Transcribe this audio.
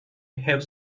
have